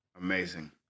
Amazing